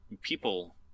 people